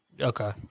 okay